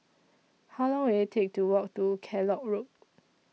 How Long Will IT Take to Walk to Kellock Road